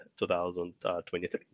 2023